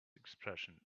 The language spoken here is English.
expression